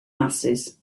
masses